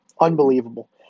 Unbelievable